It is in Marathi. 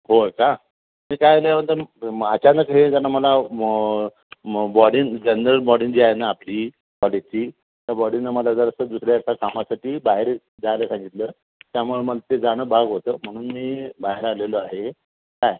होय का नाही काय ल अचानक हे मला बॉडीन जनरल बॉडीन जी आहे ना आपली बॉडीची त्या बॉडीनं मला जरासं दुसऱ्या एका कामासाठी बाहेर जायला सांगितलं त्यामुळे मला ते जाणं भाग होतं म्हणून मी बाहेर आलेलो आहे काय